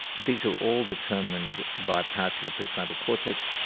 these are all determined by parts of the prefrontal cortex.